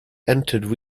entered